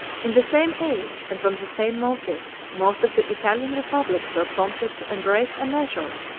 in the same age, and from the same motives, most of the italian republics were prompted to embrace a measure,